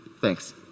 Thanks